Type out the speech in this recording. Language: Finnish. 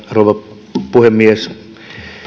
rouva puhemies